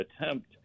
attempt